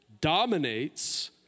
dominates